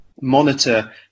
monitor